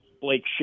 Blake